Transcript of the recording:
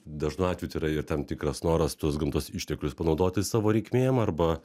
dažnu atveju tai yra ir tam tikras noras tuos gamtos išteklius panaudoti savo reikmėm arba